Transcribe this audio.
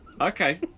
Okay